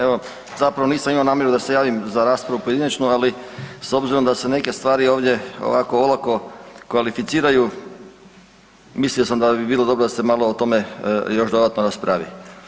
Evo zapravo nisam imao namjeru da se javim za raspravu pojedinačnu, ali s obzirom da se neke stvari ovdje ovako olako kvalificiraju mislio sam da bi bilo dobro da se malo o tome još dodatno raspravi.